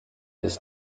ist